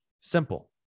Simple